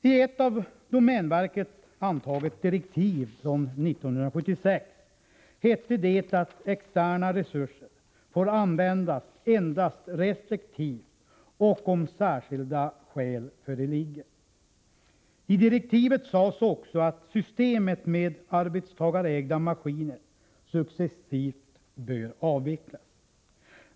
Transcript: I ett av domänverket antaget direktiv från 1976 hette det att externa resurser endast får användas restriktivt och om särskilda skäl föreligger. I direktivet sades också att systemet med arbetstagarägda maskiner successivt bör avvecklas.